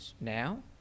now